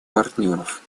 партнеров